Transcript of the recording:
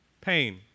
Pain